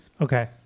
Okay